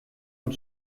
und